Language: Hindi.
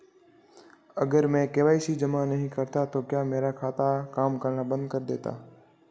अगर मैं के.वाई.सी जमा नहीं करता तो क्या मेरा खाता काम करना बंद कर देगा?